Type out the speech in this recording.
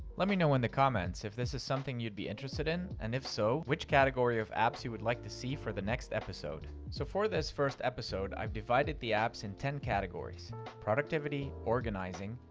let me know in the comments if this is something you'd be interested in, and if so, which category of apps you would like to see for the next episode. so for this first episode, i've divided the apps in ten categories productivity, organizing,